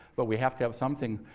but we have to have something